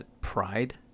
pride